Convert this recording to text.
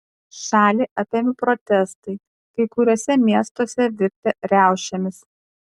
šalį apėmė protestai kai kuriuose miestuose virtę riaušėmis